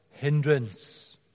hindrance